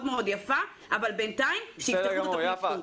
יפה אבל בינתיים שיפתחו שוב את התכנית.